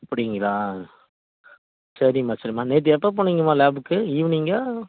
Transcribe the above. அப்படிங்கிளா சரிம்மா சரிம்மா நேற்று எப்போ போனீங்கம்மா லேப்புக்கு ஈவினிங்கா